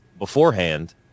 beforehand